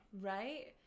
right